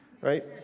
right